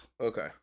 Okay